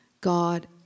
God